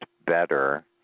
better